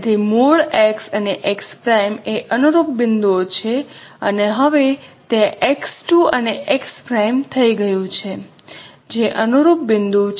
તેથી મૂળ x અને x' એ અનુરૂપ બિંદુઓ છે અને હવે તે x2 અને x' થઈ ગયું છે જે અનુરૂપ બિંદુ છે